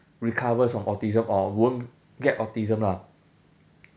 recovers from autism or won't get autism lah